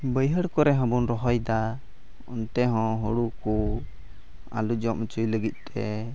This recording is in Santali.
ᱵᱟᱹᱭᱦᱟᱹᱲ ᱠᱚᱨᱮᱜ ᱦᱚᱸᱵᱚᱱ ᱨᱚᱦᱚᱭᱫᱟ ᱚᱱᱛᱮ ᱦᱚᱸ ᱦᱩᱲᱩ ᱠᱚ ᱟᱞᱚ ᱡᱚᱢ ᱦᱚᱪᱚᱭ ᱞᱟᱹᱜᱤᱫᱛᱮ